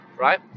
right